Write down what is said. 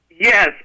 Yes